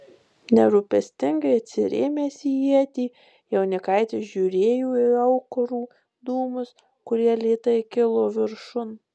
nerūpestingai atsirėmęs į ietį jaunikaitis žiūrėjo į aukurų dūmus kurie lėtai kilo viršun